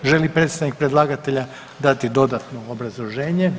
Želi li predstavnik predlagatelja dati dodatno obrazloženje?